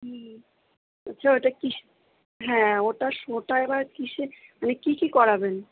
হুম আচ্ছা ওটা কীস হ্যাঁ ওটা শোটা এবার কীসে মানে কী কী করাবেন